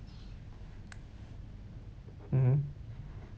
mmhmm